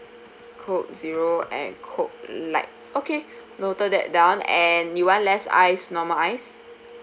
coke zero and coke lite okay noted that down and you want less ice normal ice